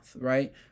right